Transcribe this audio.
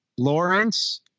Lawrence